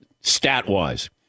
stat-wise